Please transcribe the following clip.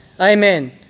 Amen